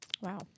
Wow